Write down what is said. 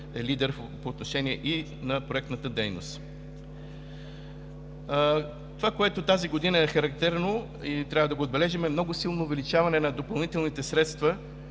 е лидер по отношение и на проектната дейност. Това, което тази година е характерно и трябва да го отбележим, е много силното увеличаване на допълнителните средства